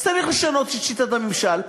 צריך לשנות את שיטת הממשל,